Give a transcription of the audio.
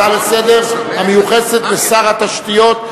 נתחיל עם ההצעה לסדר-היום המיוחסת לשר התשתיות,